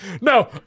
No